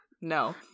No